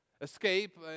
Escape